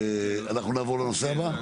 אנחנו נעבור לנושא הבא?